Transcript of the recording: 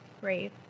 brave